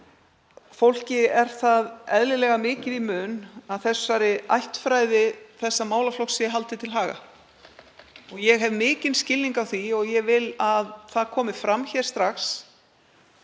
að fólki er eðlilega mikið í mun að ættfræði þessa málaflokks sé haldið til haga. Ég hef mikinn skilning á því og ég vil að það komi hér strax